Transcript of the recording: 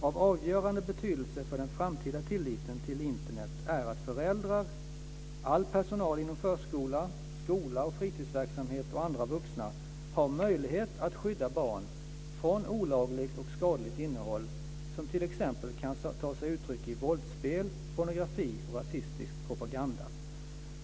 Av avgörande betydelse för den framtida tilliten till Internet är att föräldrar, all personal inom förskola, skola och fritidsverksamhet och andra vuxna har möjlighet att skydda barn från olagligt och skadligt innehåll som t.ex. kan ta sig uttryck i våldsspel, pornografi och rasistisk propaganda.